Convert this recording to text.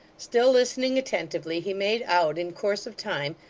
still listening attentively, he made out, in course of time,